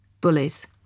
bullies